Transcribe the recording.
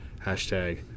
hashtag